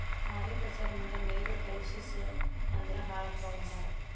mariculture ನಿಂದ ನೇರು ಕಲುಷಿಸ ಅಂದ್ರ ಹಾಳಕ್ಕಾವ ಅಂತಾರ